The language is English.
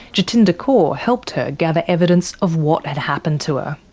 jatinder kaur helped her gather evidence of what had happened to her.